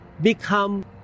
become